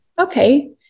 okay